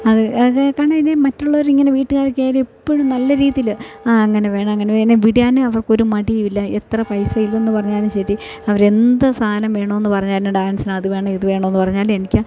അത് അതേ കാരണം മറ്റുള്ളവർ ഇങ്ങനെ വീട്ടുകാർ ഒക്കെ ആയാലും എപ്പോഴും നല്ല രീതിയിൽ ആ അങ്ങനെ വേണം അങ്ങനെ എന്നെ വിടാനും അവർക്കൊരു മടിയും ഇല്ല എത്ര പൈസ ഇല്ലെന്ന് പറഞ്ഞാലും ശരി അവർ എന്ത് സാധനം വേണമെന്ന് പറഞ്ഞാലും ഡാൻസിന് അത് വേണം ഇത് വേണമെന്ന് പറഞ്ഞാലും എനിക്ക്